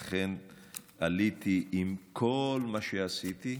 ולכן עליתי עם כל מה שעשיתי,